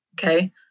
Okay